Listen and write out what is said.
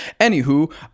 Anywho